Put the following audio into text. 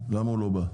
למה הוא לא בא?